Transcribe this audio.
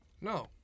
No